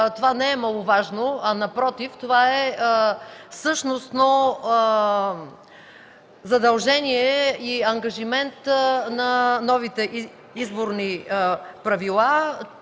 това не е маловажно. Напротив, това е същностно задължение и ангажимент на новите изборни правила.